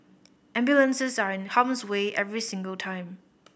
ambulances are in harm's way every single time